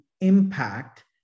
impact